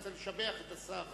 אתה רוצה לשבח את השר.